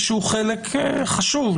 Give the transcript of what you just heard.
שהוא חלק חשוב,